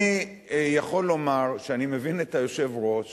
אני יכול לומר שאני מבין מדוע היושב-ראש